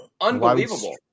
Unbelievable